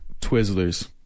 Twizzlers